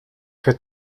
fait